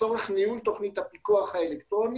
לצורך ניהול תכנית הפיקוח האלקטרוני.